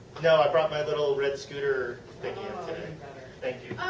no, i brought my little red scooter thing in today.